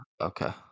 Okay